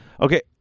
okay